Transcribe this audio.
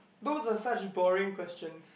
those are such boring questions